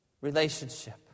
...relationship